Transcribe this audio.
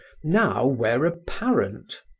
now were apparent.